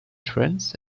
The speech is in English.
trends